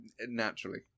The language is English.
naturally